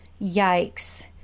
Yikes